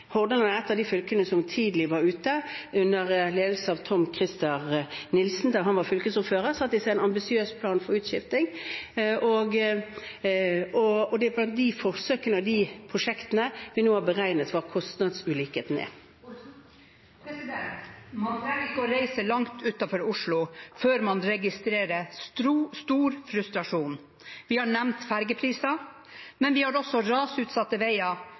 tidlig ute. Under ledelse av Tom-Christer Nilsen da han var fylkesordfører, satte de seg en ambisiøs plan for utskifting, og det er på bakgrunn av de forsøkene og de prosjektene vi nå har beregnet hva kostnadsulikheten er. Ingalill Olsen – til oppfølgingsspørsmål. Man trenger ikke reise langt utenfor Oslo før man registrerer stor frustrasjon. Vi har nevnt fergepriser, men vi har også rasutsatte veier,